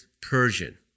Persian